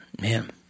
man